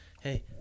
Hey